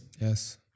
Yes